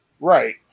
Right